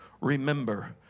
Remember